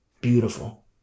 Beautiful